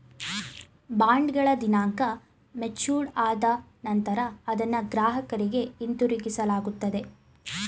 ಬಾಂಡ್ಗಳ ದಿನಾಂಕ ಮೆಚೂರ್ಡ್ ಆದ ನಂತರ ಅದನ್ನ ಗ್ರಾಹಕರಿಗೆ ಹಿಂತಿರುಗಿಸಲಾಗುತ್ತದೆ